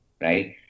right